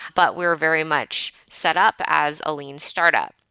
but we are very much set up as a lean startup.